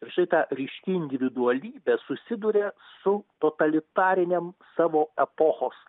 šita ryški individualybė susiduria su totalitarinėm savo epochos